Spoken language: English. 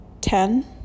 ten